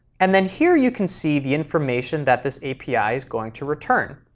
and then here you can see the information that this api is going to return.